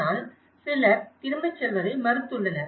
ஆனால் சிலர் திரும்பிச் செல்வதை மறுத்துள்ளனர்